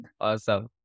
Awesome